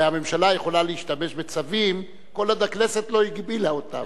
הרי הממשלה יכולה להשתמש בצווים כל עוד הכנסת לא הגבילה אותה.